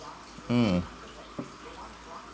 mm